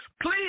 please